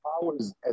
powers